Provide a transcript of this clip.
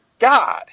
God